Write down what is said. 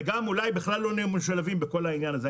ואולי בכלל לא נהיה משולבים בעניין הזה.